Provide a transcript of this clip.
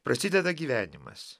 prasideda gyvenimas